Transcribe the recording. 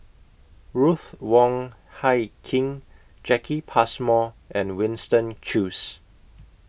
Ruth Wong Hie King Jacki Passmore and Winston Choos